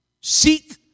Seek